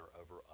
over